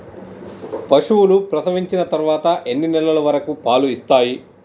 పశువులు ప్రసవించిన తర్వాత ఎన్ని నెలల వరకు పాలు ఇస్తాయి?